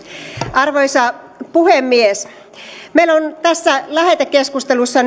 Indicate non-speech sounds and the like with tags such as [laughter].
arvoisa puhemies meillä on tässä lähetekeskustelussa [unintelligible]